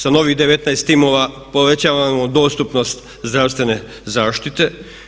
Sa novih 19 timova povećavamo dostupnost zdravstvene zaštite.